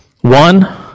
one